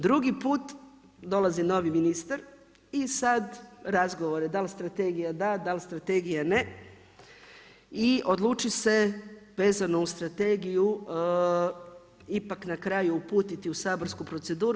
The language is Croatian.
Drugi put dolazi novi ministar i sad razgovore, da li strategija, da li strategija ne, i odluči se vezano uz strategiju ipak na kraju uputiti u saborsku proceduru.